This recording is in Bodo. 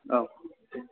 औ